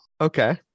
Okay